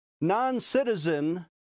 non-citizen